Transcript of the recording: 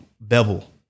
Bevel